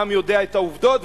העם יודע את העובדות,